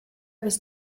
was